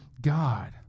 God